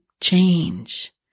change